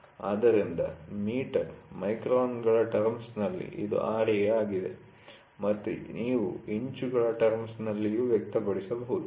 ಆದ್ದರಿಂದ ಮೀಟರ್ ಮೈಕ್ರಾನ್ಗಳ ಟಮ್ಸ್೯'ನಲ್ಲಿ ಇದು Ra ಆಗಿದೆ ಮತ್ತು ನೀವು ಇಂಚುಗಳ ಟಮ್ಸ್೯'ನಲ್ಲಿಯೂ ವ್ಯಕ್ತಪಡಿಸಬಹುದು